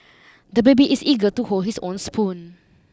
the baby is eager to hold his own spoon